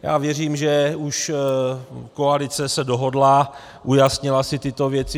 Já věřím, že už koalice se dohodla, ujasnila si tyto věci.